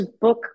book